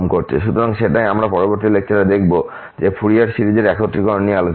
সুতরাং সেটাই আমরা পরবর্তী লেকচারে দেখব যে আমরা ফুরিয়ার সিরিজের একত্রীকরণ নিয়ে আলোচনা করব